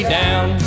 down